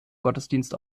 gottesdienst